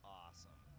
awesome